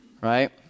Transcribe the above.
right